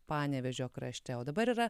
panevėžio krašte o dabar yra